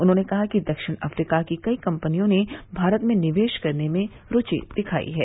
उन्होंने कहा कि दक्षिण अफ्रीका की कई कंपनियों ने भारत में निवेश करने में रूचि दिखाई है